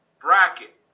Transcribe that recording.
bracket